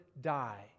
die